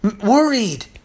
worried